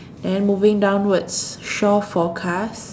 then moving downwards shore forecast